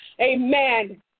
Amen